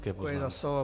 Děkuji za slovo.